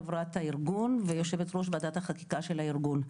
חברת הארגון ויושבת ראש ועדת החקיקה של הארגון.